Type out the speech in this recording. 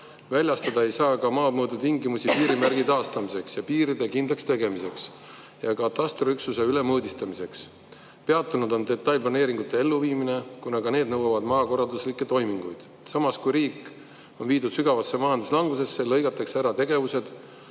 Väljastada ei saa ka maamõõdutingimusi piirimärkide taastamiseks, piiride kindlakstegemiseks ja katastriüksuste ülemõõdistamiseks. Peatunud on detailplaneeringute elluviimine, kuna ka need nõuavad maakorralduslikke toiminguid. Ajal, kui riik on viidud sügavasse majanduslangusesse, lõigatakse ära tegevused,